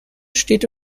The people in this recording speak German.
steht